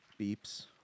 beeps